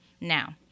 Now